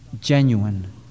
genuine